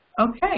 okay